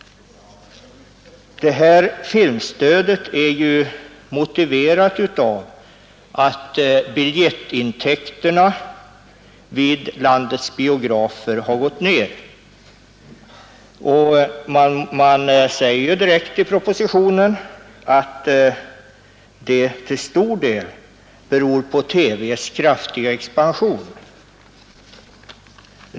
Filmstödet är motiverat av att biljettintäkterna vid landets biografer har sjunkit. I propositionen sägs direkt att detta till stor del beror på TV:s kraftiga expansion.